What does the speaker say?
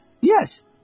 Yes